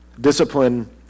discipline